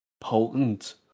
potent